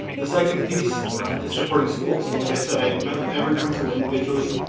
the second piece is supporting schools. so like i said, i met with every principal individually,